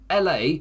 LA